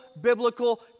biblical